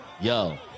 Yo